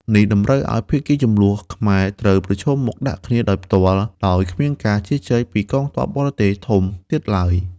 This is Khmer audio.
នេះតម្រូវឱ្យភាគីជម្លោះខ្មែរត្រូវប្រឈមមុខដាក់គ្នាដោយផ្ទាល់ ដោយគ្មានការជ្រៀតជ្រែកពីកងទ័ពបរទេសធំទៀតឡើយ។